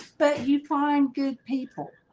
but you find good people,